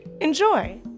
Enjoy